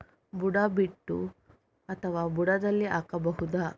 ಬುಡ ಬಿಟ್ಟು ಅಥವಾ ಬುಡದಲ್ಲಿ ಹಾಕಬಹುದಾ?